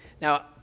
Now